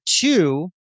two